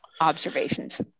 observations